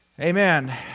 Amen